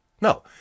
no